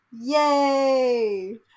Yay